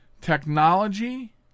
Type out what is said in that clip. technology